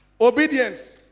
Obedience